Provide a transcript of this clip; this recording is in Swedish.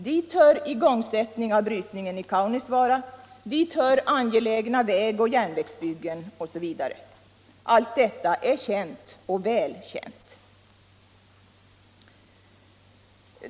Dit hör igångsättning av brytningen i Kaunisvaara, dit hör angelägna väg och järnvägsbyggen osv. Allt detta är känt och välkänt.